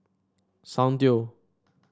soundteoh